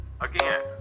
again